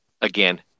again